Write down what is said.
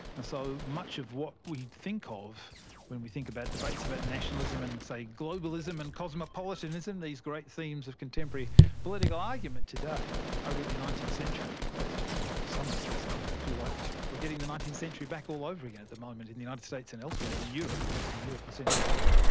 and so much of what we think of when we think about debates about nationalism and, say, globalism and cosmopolitanism, these great themes of contemporary political argument today are really nineteenth century questions and in some respects i ah feel like we're getting the nineteenth century back all over again at the moment in the united states and elsewhere and in europe, western europe, central europe.